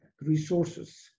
resources